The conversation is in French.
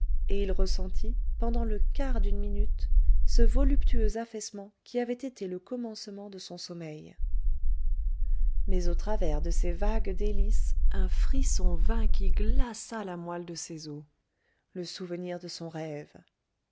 et il ressentit pendant le quart d'une minute ce voluptueux affaissement qui avait été le commencement de son sommeil mais au travers de ces vagues délices un frisson vint qui glaça la moelle de ses os le souvenir de son rêve